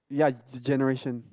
ya generation